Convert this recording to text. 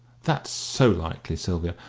that's so likely, sylvia!